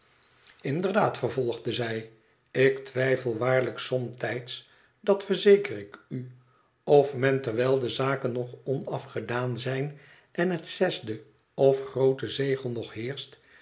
inderdaad vervolgde zij ik twijfel waarlijk somtijds dat verzeker ik u of men terwijl de zaken nog onafgedaan zijn en het zesde of groote zegel nog heerscht